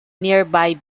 nearby